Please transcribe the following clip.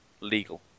legal